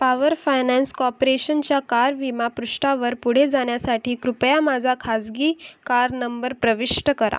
power finance कॉपरेशनच्या car विमा पृष्ठावर पुढे जाण्यासाठी कृपया माझा खाजगी कार नंबर प्रविष्ट करा